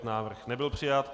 Návrh nebyl přijat.